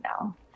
now